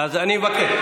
אז אני מבקש.